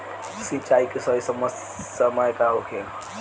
सिंचाई के सही समय का होखे?